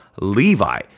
Levi